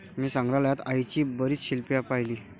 मी संग्रहालयात आईची बरीच शिल्पे पाहिली